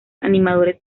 animadores